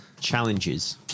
challenges